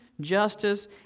justice